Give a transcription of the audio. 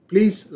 Please